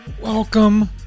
Welcome